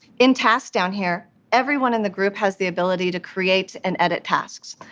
in tasks down here, everyone in the group has the ability to create and edit tasks.